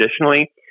additionally